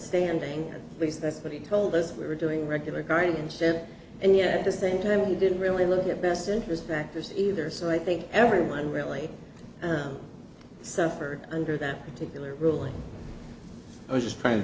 standing because that's what he told us we were doing regular guardianship and yet at the same time we didn't really look at best interest factors either so i think everyone really suffered under that particular ruling was trying to